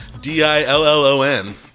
D-I-L-L-O-N